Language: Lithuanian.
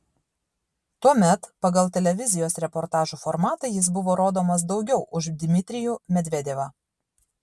tuomet pagal televizijos reportažų formatą jis buvo rodomas daugiau už dmitrijų medvedevą